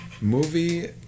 movie